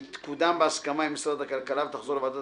היא תקודם בהסכמה עם משרד הכלכלה ותחזור לוועדת